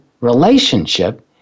relationship